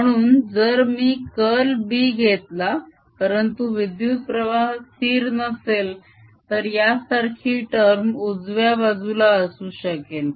म्हणून जर मी कर्ल B घेतला परंतु विद्युत प्रवाह स्थिर नसेल तर यासारखी टर्म उजव्या बाजूला असू शकेल